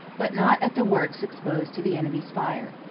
but not at the works exposed to the enemy's fire.